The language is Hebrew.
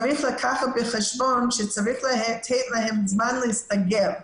צריך לקחת בחשבון שצריך לתת להם זמן להסתגל.